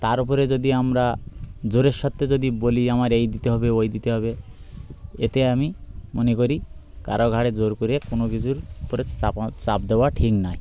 তার ওপরে যদি আমরা জোরের সাথে যদি বলি আমার এই দিতে হবে ওই দিতে হবে এতে আমি মনে করি কারো ঘাড়ে জোর করে কোনো কিছুর পরে চাপ চাপ দেওয়া ঠিক নাই